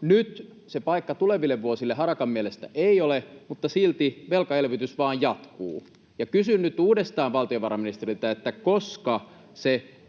Nyt se paikka tuleville vuosille Harakan mielestä ei ole, mutta silti velkaelvytys vain jatkuu. Kysyn nyt uudestaan valtiovarainministeriltä: koska se